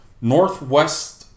Northwest